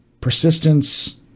Persistence